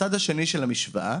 הצד השני של המשוואה,